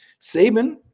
Saban